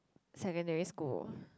secondary school